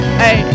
hey